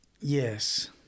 Yes